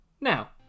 Now